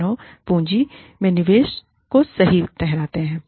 मानव पूंजी में निवेश को सही ठहराते हैं